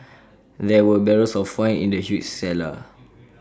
there were barrels of wine in the huge cellar